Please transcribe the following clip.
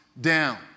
down